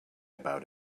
about